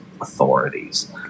authorities